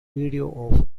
video